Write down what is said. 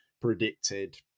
predicted